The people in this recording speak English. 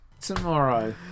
Tomorrow